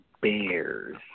Bears